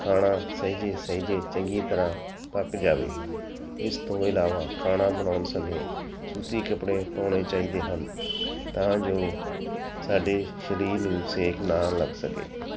ਖਾਣਾ ਸਹਿਜੇ ਸਹਿਜੇ ਚੰਗੀ ਤਰ੍ਹਾਂ ਪੱਕ ਜਾਵੇ ਇਸ ਤੋਂ ਇਲਾਵਾ ਖਾਣਾ ਬਣਾਉਣ ਸਮੇਂ ਸੂਤੀ ਕੱਪੜੇ ਪਾਉਣੇ ਚਾਹੀਦੇ ਹਨ ਤਾਂ ਜੋ ਸਾਡੇ ਸਰੀਰ ਨੂੰ ਸੇਕ ਨਾ ਲੱਗ ਸਕੇ